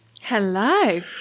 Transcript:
Hello